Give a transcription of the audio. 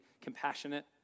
compassionate